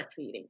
breastfeeding